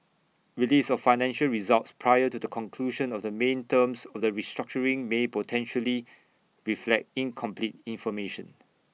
release of financial results prior to the conclusion of the main terms of the restructuring may potentially reflect incomplete information